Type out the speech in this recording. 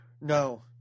no